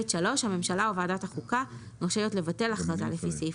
(ב3)הממשלה או ועדת החוקה רשאיות לבטל הכרזה לפי סעיף